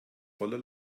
voller